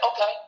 okay